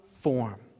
form